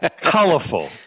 Colorful